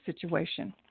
situation